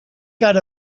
got